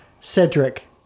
Cedric